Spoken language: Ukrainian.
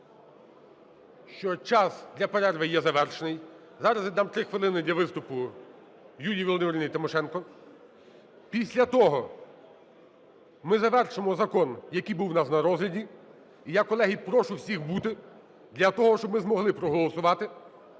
що час для перерви є завершений. Зараз я дам 3 хвилини для виступу Юлії Володимирівні Тимошенко. Після того ми завершимо закон, який був у нас на розгляді. І я, колеги, прошу всіх бути, для того щоб ми змогли проголосувати